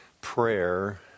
prayer